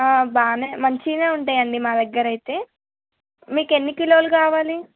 బాగా మంచిగా ఉంటాయండి మా దగ్గర అయితే మీకు ఎన్ని కిలోలు కావాలి